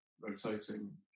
rotating